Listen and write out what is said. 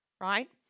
right